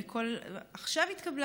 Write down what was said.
עכשיו התקבלה,